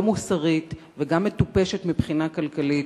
לא מוסרית וגם מטופשת מבחינה כלכלית,